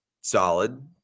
solid